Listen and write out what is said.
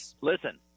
listen